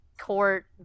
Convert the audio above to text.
court